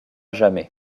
jamais